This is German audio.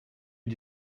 wie